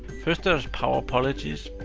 first, there's power policies,